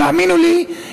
תאמינו לי,